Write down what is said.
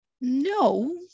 no